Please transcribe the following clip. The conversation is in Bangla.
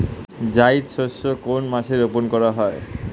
জায়িদ শস্য কোন মাসে রোপণ করা হয়?